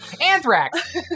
Anthrax